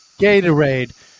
Gatorade